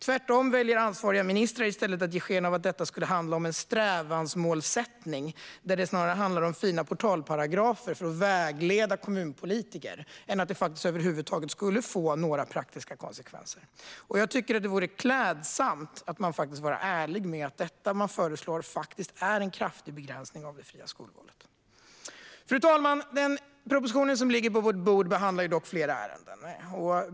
Tvärtom väljer ansvariga ministrar att i stället ge sken av att detta skulle handla om en strävansmålsättning. Det skulle snarare handla om fina portalparagrafer för att vägleda kommunpolitiker än om något som över huvud taget skulle få några praktiska konsekvenser. Jag tycker att det vore klädsamt att vara ärlig med att det man föreslår faktiskt är en kraftig begränsning av det fria skolvalet. Fru talman! Den proposition som ligger på vårt bord behandlar flera ärenden.